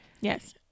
Yes